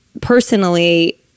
personally